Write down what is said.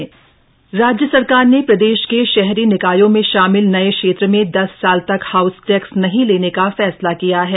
cabinet फैसले राज्य सरकार ने प्रदेश के शहरी निकायों में शामिल नये क्षेत्र में दस साल तक हाउस टैक्स नहीं लेने का फैसला किया है